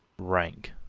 rank,